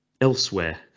elsewhere